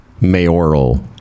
mayoral